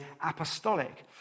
apostolic